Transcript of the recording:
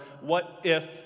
what-if